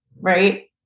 right